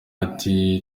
ati